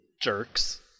Jerks